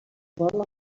bottle